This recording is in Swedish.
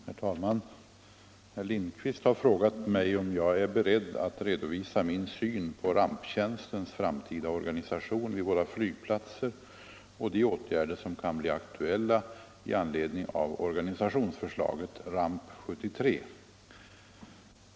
Herr talman! Herr Lindkvist har frågat mig om jag är beredd att redovisa min syn på ramptjänstens framtida organisation vid våra flygplatser och de åtgärder som kan bli aktuella i anledning av organisationsförslaget Ramp 73.